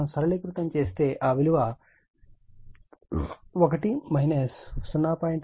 మనం సరళీకృతం చేస్తే ఆ విలువ 1 0